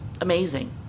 Amazing